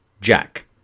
Jack